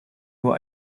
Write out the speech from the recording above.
nur